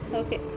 okay